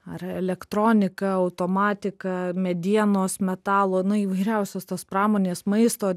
ar elektronika automatika medienos metalo nuo įvairiausios tos pramonės maisto